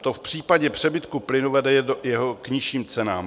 To v případě přebytku plynu vede k jeho nižším cenám.